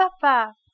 Papa